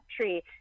tree